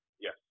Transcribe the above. Yes